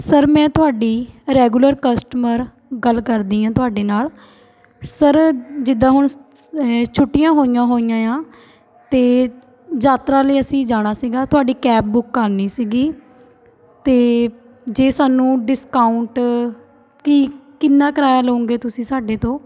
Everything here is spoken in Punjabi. ਸਰ ਮੈਂ ਤੁਹਾਡੀ ਰੈਗੂਲਰ ਕਸਟਮਰ ਗੱਲ ਕਰਦੀ ਹਾਂ ਤੁਹਾਡੇ ਨਾਲ਼ ਸਰ ਜਿੱਦਾਂ ਹੁਣ ਛੁੱਟੀਆਂ ਹੋਈਆਂ ਹੋਈਆਂ ਆ ਅਤੇ ਯਾਤਰਾ ਲਈ ਅਸੀਂ ਜਾਣਾ ਸੀਗਾ ਤੁਹਾਡੀ ਕੈਬ ਬੁੱਕ ਕਰਨੀ ਸੀਗੀ ਅਤੇ ਜੇ ਸਾਨੂੰ ਡਿਸਕਾਊਂਟ ਕੀ ਕਿੰਨਾਂ ਕਿਰਾਇਆ ਲਊਂਗੇ ਤੁਸੀਂ ਸਾਡੇ ਤੋਂ